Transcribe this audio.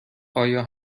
آیا